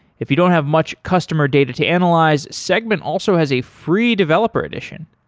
if you don't have much customer data to analyze, segment also has a free developer edition,